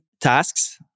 tasks